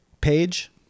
page